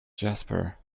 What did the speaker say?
jasper